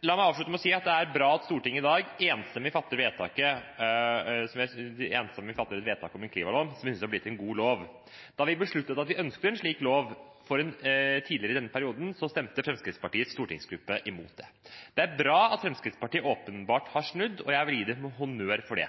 La meg avslutte med å si at det er bra at Stortinget i dag enstemmig fatter vedtaket om en klimalov, som jeg synes har blitt en god lov. Da vi tidligere i denne perioden besluttet at vi ønsket en slik lov, stemte Fremskrittspartiets stortingsgruppe imot. Det er bra at Fremskrittspartiet åpenbart har snudd, og jeg vil gi dem honnør for det.